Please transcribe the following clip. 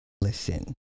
listen